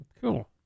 Cool